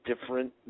different